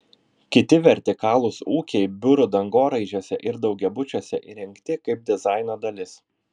kiti vertikalūs ūkiai biurų dangoraižiuose ir daugiabučiuose įrengti kaip dizaino dalis